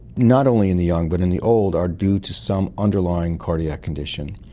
not only in the young but in the old, are due to some underlying cardiac condition.